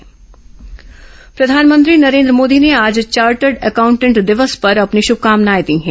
PM CA दिवस प्रधानमंत्री नरेन्द्र मोदी ने आज चार्टर्ड अकाउंटेंट दिवस पर अपनी शुभकामनाएं दी हैं